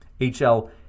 HL